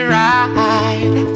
ride